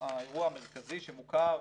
האירוע המרכזי שמוכר,